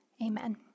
Amen